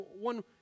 one